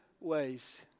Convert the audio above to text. ways